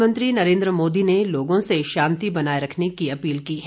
प्रधानमंत्री नरेन्द्र मोदी ने लोगों से शांति बनाए रखने की अपील की है